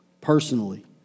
personally